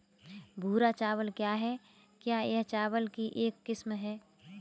भूरा चावल क्या है? क्या यह चावल की एक किस्म है?